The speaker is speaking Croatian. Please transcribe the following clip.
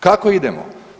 Kako idemo?